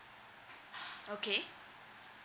okay